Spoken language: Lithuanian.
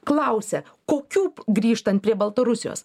klausia kokių grįžtant prie baltarusijos